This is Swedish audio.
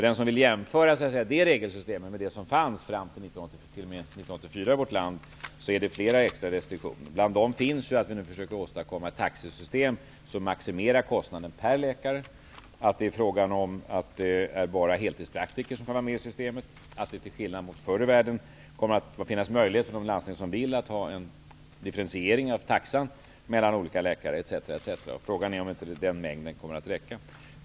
Den som vill jämföra det regelsystemet med det som fanns fram till 1984 i vårt land finner att det finns flera extra restriktioner. Det framgår att vi nu försöker åstadkomma ett taxesystem som maximerar kostnaden per läkare, att det bara är heltidspraktiker som kan vara med i systemet och att det till skillnad från hur det var förr i världen kommer att finnas möjlighet för de landsting som vill att ha en differentiering av taxan för olika läkare etc. Frågan är om inte detta kommer att räcka.